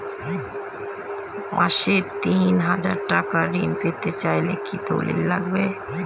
মাসে তিন হাজার টাকা ঋণ পেতে চাইলে কি দলিল লাগবে?